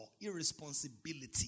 irresponsibility